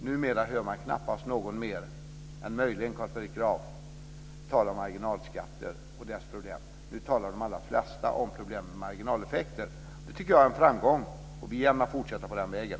Numera hör man knappast någon mer än möjligen Carl Fredrik Graf tala om marginalskatter och dess problem. Nu talar de allra flesta om problemen med marginaleffekter. Det tycker jag är en framgång, och vi vill gärna fortsätta på den vägen.